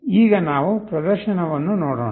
ಈಗ ನಾವು ಪ್ರದರ್ಶನವನ್ನು ನೋಡೋಣ